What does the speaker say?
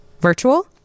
virtual